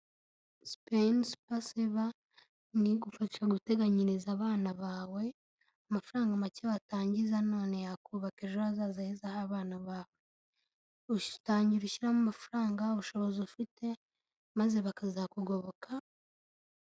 Spin supa seva ni igufashe guteganyiriza abana bawe, amafaranga make watangiza none yakubaka ejo hazaza h'abana bawe, utangira ushyiramo amafaranga, ubushobozi ufite maze bakazakugoboka.